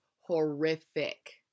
Horrific